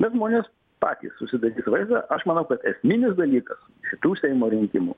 bet žmonės patys susidarys vaizdą aš manau kad esminis dalykas šitų seimo rinkimų